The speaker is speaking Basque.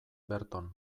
berton